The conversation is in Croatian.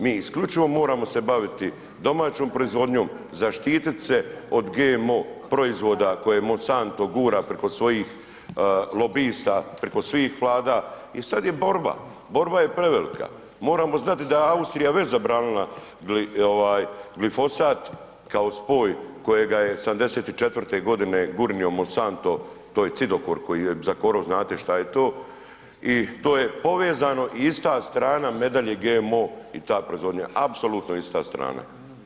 Mi isključivo moramo se baviti domaćom proizvodnjom, zaštitit se od GMO proizvoda koje Monsanto gura preko svojih lobista, preko svih Vlada i sad je borba, borba je prevelika, moramo znati da je Austrija već zabranila glifosat kao spoj kojega je '74. g. gurnuo Monsanto, to je cidokor koji je za korov, znate šta je to i to je povezano i ista strana medalje GMO i ta proizvodnja, apsolutno ista strana.